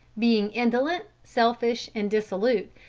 being indolent, selfish and dissolute,